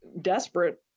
desperate